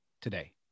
today